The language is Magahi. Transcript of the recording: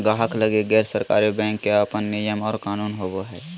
गाहक लगी गैर सरकारी बैंक के अपन नियम और कानून होवो हय